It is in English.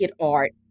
art